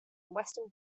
western